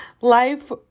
life